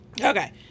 Okay